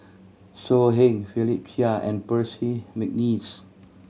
So Heng Philip Chia and Percy McNeice